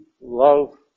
love